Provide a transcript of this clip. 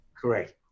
correct